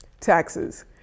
Taxes